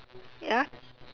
ya